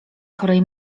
chorej